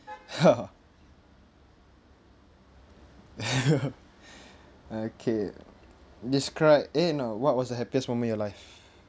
okay describe eh no what was the happiest moment in your life